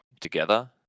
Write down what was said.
together